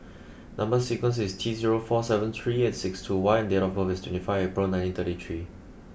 number sequence is T zero four seven three eight six two Y and date of birth is twenty five April nineteen thirty three